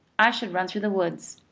i should run through the woods.